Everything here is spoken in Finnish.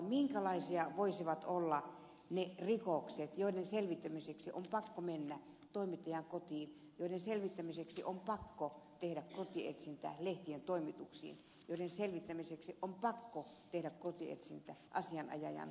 minkälaisia voisivat olla ne rikokset joiden selvittämiseksi on pakko mennä toimittajan kotiin joiden selvittämiseksi on pakko tehdä kotietsintä lehtien toimituksiin joiden selvittämiseksi on pakko tehdä kotietsintä asianajajan toimistoon